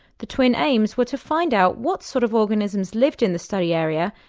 the twin aims were to find out what sort of organisms lived in the study area,